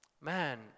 man